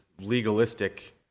legalistic